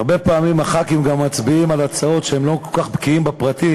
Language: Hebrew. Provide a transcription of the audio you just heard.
הרבה פעמים חברי הכנסת מצביעים על הצעות כשהם לא כל כך בקיאים בפרטים,